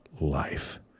life